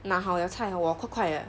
拿好 liao 菜 hor 我快快 eh